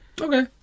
Okay